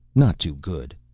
not too good.